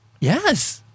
Yes